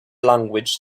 language